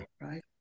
Right